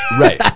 Right